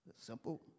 Simple